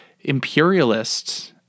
imperialists